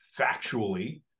factually